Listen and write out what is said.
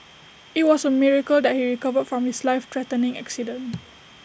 IT was A miracle that he recovered from his life threatening accident